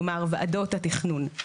כלומר ועדות התכנון.